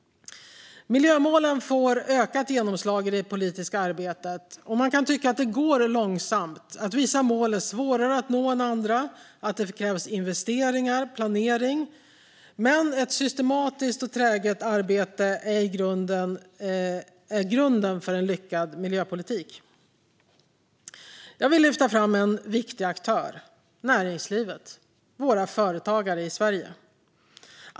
Miljömålen får ökat genomslag i det politiska arbetet. Man kan tycka att det går långsamt, att vissa mål är svårare att nå än andra och att det krävs investeringar och planering, men ett systematiskt och träget arbete är grunden för en lyckad miljöpolitik. Jag vill lyfta fram en viktig aktör: näringslivet och företagarna i Sverige.